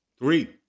Three